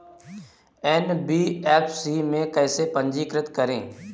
NBFC में कैसे पंजीकृत करें?